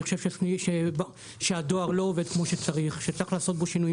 אני חושב שהדואר לא עובד כמו שצריך וכי צריך לעשות בו שינויים